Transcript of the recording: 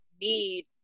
need